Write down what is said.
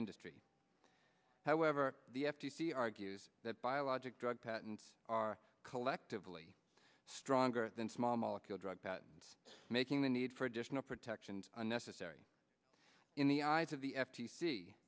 industry however the f t c argues that biologic drug patents are collectively stronger than small molecule drug patents making the need for additional protections unnecessary in the eyes of the f